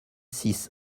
six